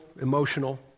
emotional